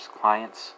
clients